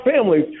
families